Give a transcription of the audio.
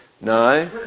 no